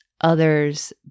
others